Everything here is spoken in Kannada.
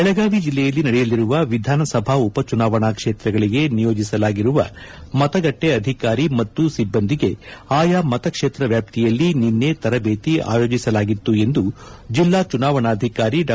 ಬೆಳಗಾವಿ ಜೆಲ್ಲೆಯಲ್ಲಿ ನಡೆಯಲಿರುವ ವಿಧಾನಸಭಾ ಉಪಚುನಾವಣಾ ಕ್ಷೇತ್ರಗಳಿಗೆ ನಿಯೋಜಿಸಲಾಗಿರುವ ಮತಗಟ್ಟೆ ಅಧಿಕಾರಿ ಮತ್ತು ಸಿಬ್ಬಂದಿಗೆ ಆಯಾ ಮತ ಕ್ಷೇತ್ರ ವ್ಯಾಪ್ತಿಯಲ್ಲಿ ನಿನ್ನೆ ತರಬೇತಿ ಆಯೋಜಸಲಾಗಿತ್ತು ಎಂದು ಜೆಲ್ಲಾ ಚುನಾವಣಾಧಿಕಾರಿ ಡಾ